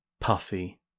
puffy